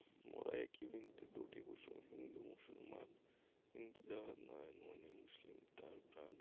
মোরা একই বৃন্তে দুটি কুসুম হিন্দু মুসলমান হিন্দু যাহার নয়নমণি মুসলিম তার প্রাণ